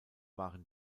waren